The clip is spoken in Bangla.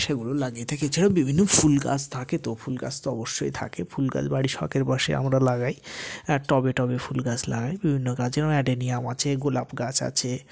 সেগুলো লাগিয়ে থাকি এছাড়াও বিভিন্ন ফুল গাছ থাকে তো ফুল গাছ তো অবশ্যই থাকে ফুল গাছ বাড়ির শখের বশে আমরা লাগাই হ্যাঁ টবে টবে ফুল গাছ লাগাই বিভিন্ন গাছ যেমন অ্যাডেনিয়াম আছে গোলাপ গাছ আছে